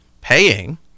paying